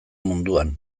munduan